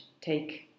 take